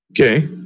Okay